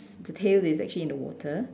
the tail is actually in the water